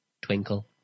Twinkle